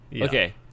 Okay